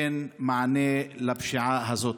אין מענה לפשיעה הזאת.